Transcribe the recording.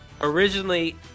originally